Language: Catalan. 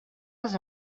les